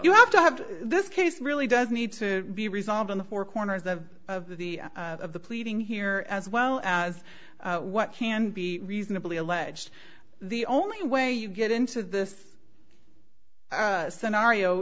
you have to have this case really does need to be resolved in the four corners of the of the pleading here as well as what can be reasonably alleged the only way you get into this scenario